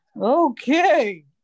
okay